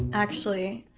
actually,